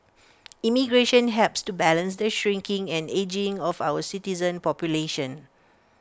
immigration helps to balance the shrinking and ageing of our citizen population